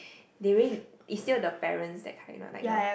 they really it's still the parents that kind what like the